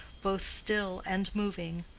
both still and moving,